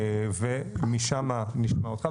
ומשם נשמע גם אותך,